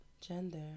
gender